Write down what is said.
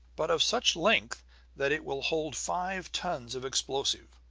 but of such length that it will hold five tons of explosive.